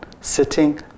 Sitting